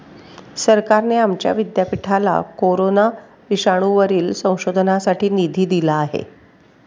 सरकारने आमच्या विद्यापीठाला कोरोना विषाणूवरील संशोधनासाठी निधी दिला आहे